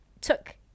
took